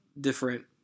different